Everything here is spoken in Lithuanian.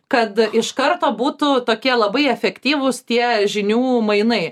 kad iš karto būtų tokie labai efektyvūs tie žinių mainai